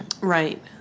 Right